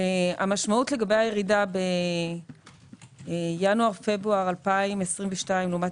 המשמעות לגבי הירידה בינואר-פברואר 2022 לעומת